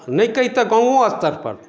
नहि कहि तऽ गाँवो स्तर पर